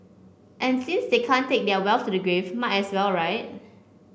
and since they can't take their wealth to the grave might as well right